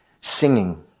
singing